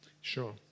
Sure